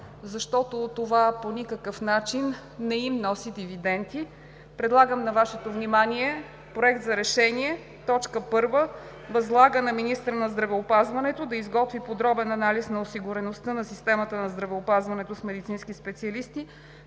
защото това по никакъв начин не им носи дивиденти. Предлагам на Вашето внимание „Проект! РЕШЕНИЕ 1. Възлага на министъра на здравеопазването да изготви подробен анализ на осигуреността на системата на здравеопазването с медицински специалисти